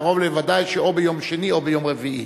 קרוב לוודאי שביום שני או ביום רביעי,